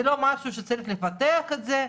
זה לא משהו שצריך לפתח את זה.